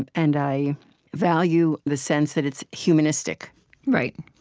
and and i value the sense that it's humanistic right.